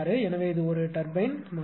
எனவே இது ஒரு டர்பைன்மாதிரி